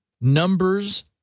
numbers